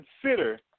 consider